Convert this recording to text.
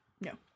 No